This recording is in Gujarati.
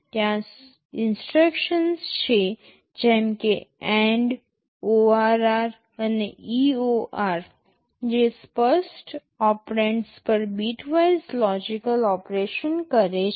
ત્યાં AND ORR અને EOR જેવી ઇન્સટ્રક્શન્સ છે જે સ્પષ્ટ ઓપરેન્ડસ પર બીટવાઇઝ લોજિકલ ઓપરેશન કરે છે